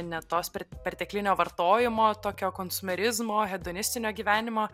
ne tos per perteklinio vartojimo tokio konsumerizmo hedonistinio gyvenimo